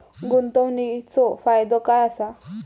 गुंतवणीचो फायदो काय असा?